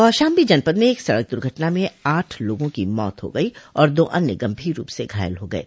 कौशाम्बी जनपद में एक सड़क दुर्घटना में आठ लोगों की मौत हो गई और दो अन्य गंभीर रूप से घायल हो गये